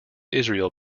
israel